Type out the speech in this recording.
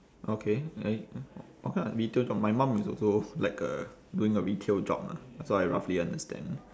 okay eh okay what kind of retail job my mum is also like a doing a retail job lah so I roughly understand